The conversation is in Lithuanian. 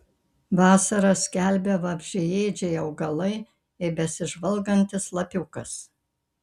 vasarą skelbia vabzdžiaėdžiai augalai ir besižvalgantis lapiukas